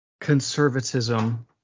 conservatism